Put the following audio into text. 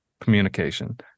communication